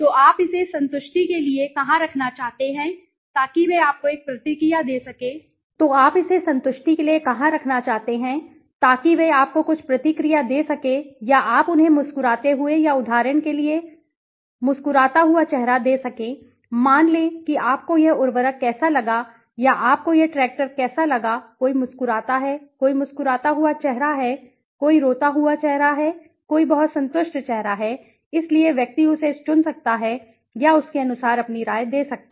तो आप इसे संतुष्टि के लिए कहां रखना चाहते हैं ताकि वे आपको कुछ प्रतिक्रिया दे सकें या आप उन्हें मुस्कुराते हुए या उदाहरण के लिए कुछ मुस्कुराता हुआ चेहरा दे सकें मान लें कि आपको यह उर्वरक कैसा लगा या आपको यह ट्रैक्टर कैसा लगा कोई मुस्कुराता है कोई मुस्कुराता हुआ चेहरा है कोई रोता हुआ चेहरा है कोई बहुत संतुष्ट चेहरा है इसलिए व्यक्ति उसे चुन सकता है या उसके अनुसार अपनी राय दे सकता है